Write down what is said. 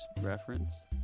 reference